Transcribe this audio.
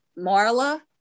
Marla